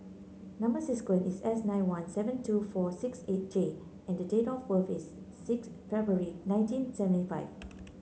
number sequence is S nine one seven two four six eight J and date of birth is six February nineteen seventy five